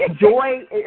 joy